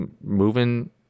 moving